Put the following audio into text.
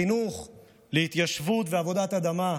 חינוך להתיישבות ועבודת אדמה,